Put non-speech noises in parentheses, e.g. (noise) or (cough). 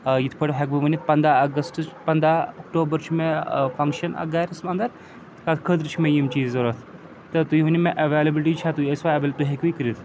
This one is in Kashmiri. یِتھ پٲٹھۍ ہٮ۪کہٕ بہٕ ؤنِتھ پنٛداہ اَگَسٹٕچ پنٛداہ اکٹوٗبر چھِ مےٚ فنٛگشَن اَ گَرَس انٛدر تَتھ خٲطرٕ چھِ مےٚ یِم چیٖز ضوٚرَتھ تہٕ تُہۍ ؤنو مےٚ اٮ۪ویلبٕلٹی چھےٚ تہۍ ٲسۍوَ (unintelligible) تُہۍ ہیٚکوٕ یہِ کٔرِتھ